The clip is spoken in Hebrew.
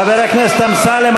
חבר הכנסת אמסלם,